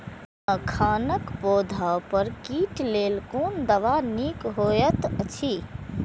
मखानक पौधा पर कीटक लेल कोन दवा निक होयत अछि?